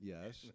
Yes